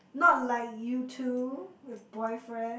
not like you two with boyfriend